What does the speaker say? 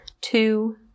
two